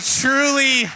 truly